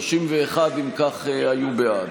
31, אם כך, היו בעד.